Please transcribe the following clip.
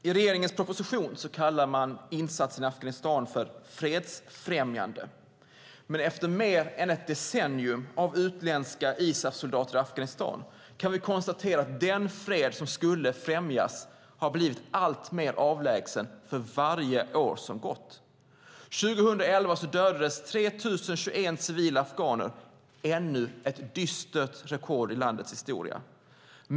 I regeringens proposition kallar man insatsen i Afghanistan för fredsfrämjande. Men efter mer än ett decennium av utländska ISAF-soldater i Afghanistan kan vi konstatera att den fred som skulle främjas har blivit alltmer avlägsen för varje år som gått. År 2011 dödades 3 021 civila afghaner, ännu ett dystert rekord i landets historia.